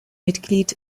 mitglied